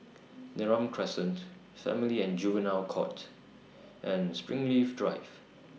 Neram Crescent Family and Juvenile Court and Springleaf Drive